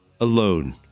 alone